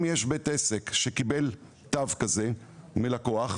אם יש בית עסק שקיבל תו כזה מלקוח,